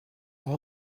all